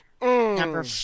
Number